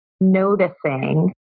noticing